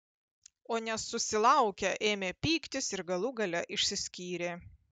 o nesusilaukę ėmė pyktis ir galų gale išsiskyrė